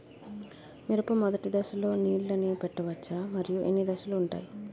మిరప మొదటి దశలో నీళ్ళని పెట్టవచ్చా? మరియు ఎన్ని దశలు ఉంటాయి?